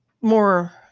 more